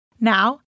Now